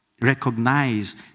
Recognize